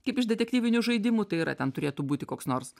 kaip iš detektyvinių žaidimų tai yra ten turėtų būti koks nors